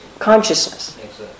Consciousness